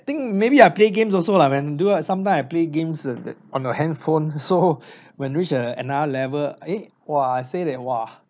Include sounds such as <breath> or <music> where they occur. think maybe I play games also lah when I do sometime I play games the the on your handphone so <breath> when reach a~ another level eh !wah! I say that !wah!